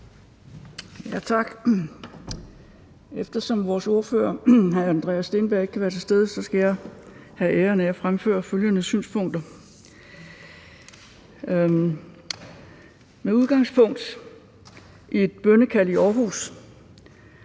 Tak. Eftersom vores ordfører, hr. Andreas Steenberg, ikke kan være til stede, skal jeg have æren af at fremføre følgende synspunkter: Med udgangspunkt i et bønnekald i Aarhus